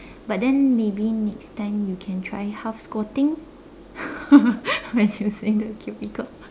but then maybe next time you can try half squatting when using the cubicle